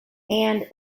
and